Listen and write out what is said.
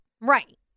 Right